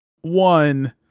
one